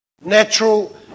Natural